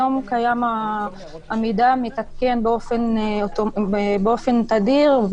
כיום המידע מתעדכן באופן תדיר,